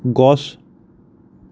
গছ